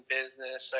business